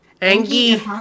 Angie